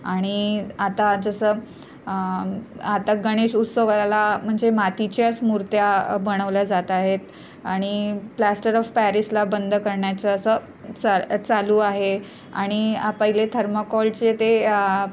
आणि आता जसं आता गणेश उत्सवाला म्हणजे मातीच्याच मूर्त्या बनवल्या जात आहेत आणि प्लास्टर ऑफ पॅरिसला बंद करण्याचं असं चा चालू आहे आणि पहिले थर्माकॉलचे ते